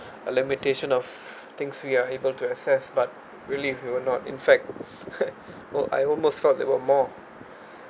a limitation of things we are able to access but really if we were not in fact I almost felt there were more